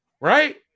Right